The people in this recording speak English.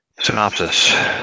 synopsis